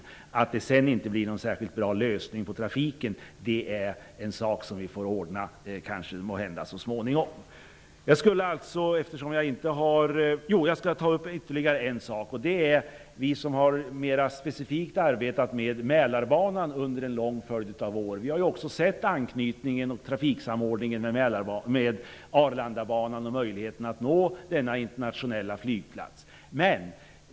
Att det sedan inte blir någon särskilt bra trafiklösning är något som man måhända tänker ordna så småningom. Vi som mer specifikt har arbetat med Mälarbanan under en lång följd av år har också sett anknytningen till och trafiksamordningen med Arlandabanan och möjligheten att nå denna internationella flygplats.